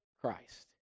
Christ